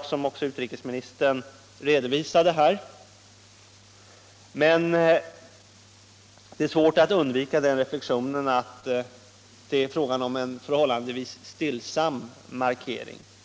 och som utrikesministern redovisade här, men det är svårt att undvika reflexionen att det är en förhållandevis stillsam markering.